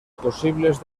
possibles